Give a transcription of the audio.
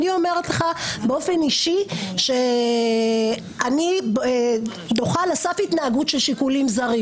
אני אומרת לך באופן אישי שאני דוחה על הסף התנהגות של שיקולים זרים.